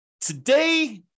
today